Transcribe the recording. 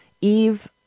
Eve